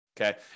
okay